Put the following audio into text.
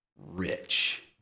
rich